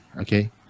Okay